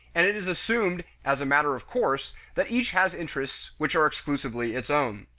and it is assumed as matter of course that each has interests which are exclusively its own.